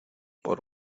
por